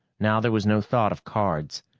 now there was no thought of cards.